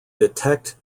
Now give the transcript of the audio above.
detect